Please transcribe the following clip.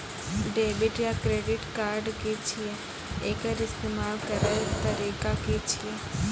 Debit या credit card की छियै? एकर इस्तेमाल करैक तरीका की छियै?